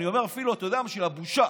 אני אומר, אפילו בשביל הבושה